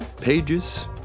Pages